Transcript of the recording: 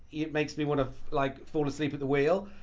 it makes me wanna like fall asleep at the wheel